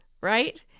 right